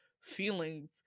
feelings